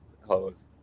hose